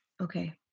okay